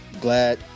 glad